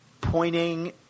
pointing